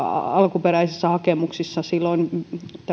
alkuperäisissä hakemuksissa silloin